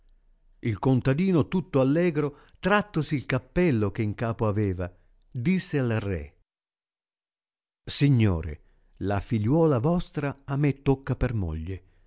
il contadino tutto allegro trattosi il cappello che in capo aveva disse al re signore la figliuola vostra a me tocca per moglie